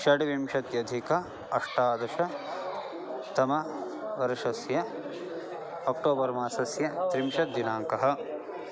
षड्विंशत्यधिक अष्टादशतमवर्षस्य अक्टोबर्मासस्य त्रिंशत् दिनाङ्कः